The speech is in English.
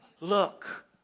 look